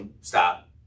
Stop